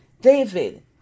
David